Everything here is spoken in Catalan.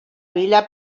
vila